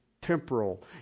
temporal